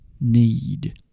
need